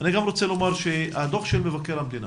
אני רוצה לומר שהדוח של מבקר המדינה